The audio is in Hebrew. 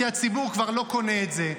כי הציבור כבר לא קונה את זה.